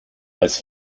als